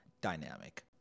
dynamic